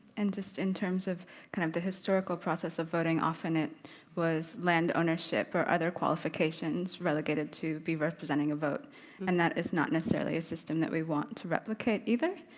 and just in terms of kind of the historical process of voting. often it was land ownership or other qualifications relegated to be representing a vote and that is not necessarily a system that we want to replicate either.